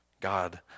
God